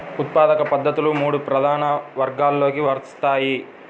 ఉత్పాదక పద్ధతులు మూడు ప్రధాన వర్గాలలోకి వస్తాయి